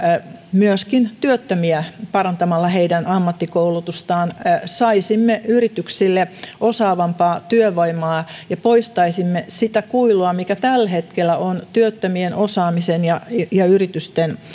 myöskin työttömiä parantamalla heidän ammattikoulutustaan saisimme yrityksille osaavampaa työvoimaa ja poistaisimme sitä kuilua mikä tällä hetkellä on työttömien osaamisen ja ja yritysten